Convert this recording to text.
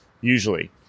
usually